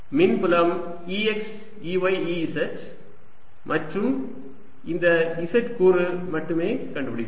மின்புலம் E x y z மற்றும் இந்த z கூறு மட்டுமே கண்டுபிடிப்போம்